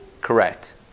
Correct